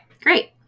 great